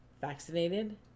vaccinated